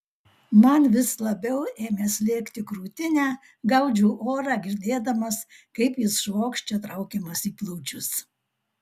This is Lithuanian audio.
man vis labiau ėmė slėgti krūtinę gaudžiau orą girdėdamas kaip jis švokščia traukiamas į plaučius